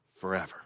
forever